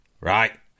right